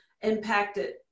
impacted